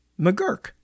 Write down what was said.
McGurk